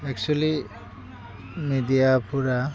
actually मेडियाफोरा